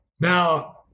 Now